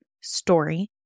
story